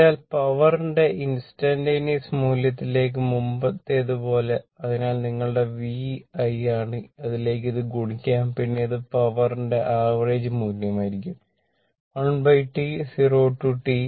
അതിനാൽ power V I cos θ